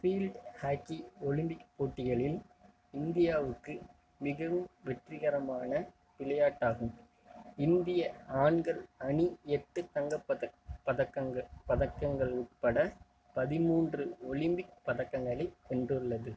field hockey Olympic போட்டிகளில் இந்தியாவுக்கு மிகவும் வெற்றிகரமான விளையாட்டாகும் இந்திய ஆண்கள் அணி எட்டு தங்கப் பத பதக்க பதக்கங்கள் உட்பட பதிமூன்று ஒலிம்பிக் பதக்கங்களை வென்றுள்ளது